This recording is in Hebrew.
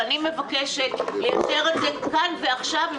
ואני מבקשת לייצר את זה כאן ועכשיו עם